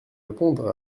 répondre